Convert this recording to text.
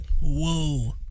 Whoa